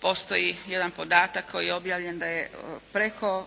Postoji jedan podatak koji je objavljen da je preko